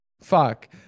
Fuck